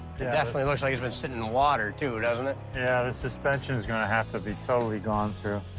definitely looks like it's been sitting in water too, doesn't it? yeah, the suspension's gonna have to be totally gone through.